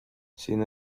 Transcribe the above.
sin